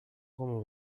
como